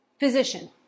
Physician